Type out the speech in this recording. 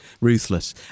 ruthless